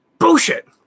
Bullshit